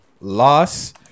Loss